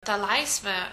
tą laisvė